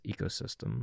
ecosystem